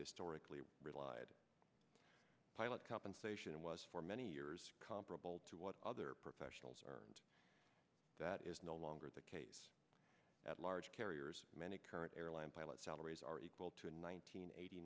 historically relied pilot compensation was for many years comparable to what other professionals earned that is no longer the case at large carriers many current airline pilot salaries are equal to in